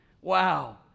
Wow